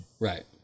Right